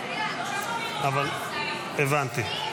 הבנתי.